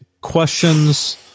questions